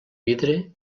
vidre